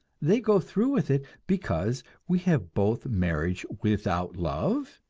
they go through with it because we have both marriage without love,